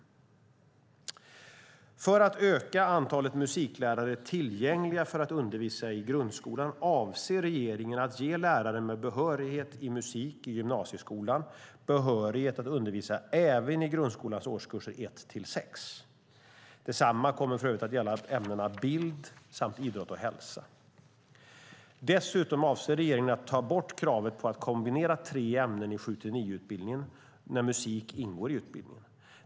För att öka antalet musiklärare tillgängliga för att undervisa i grundskolan avser regeringen att ge lärare med behörighet i musik i gymnasieskolan behörighet att undervisa även i grundskolans årskurs 1-6. Detsamma kommer att gälla ämnena bild samt idrott och hälsa. Dessutom avser regeringen att ta bort kravet på att kombinera tre ämnen i 7-9-utbildningen när musik ingår i utbildningen.